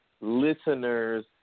listeners